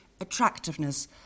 attractiveness